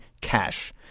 cash